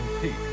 peak